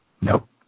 Nope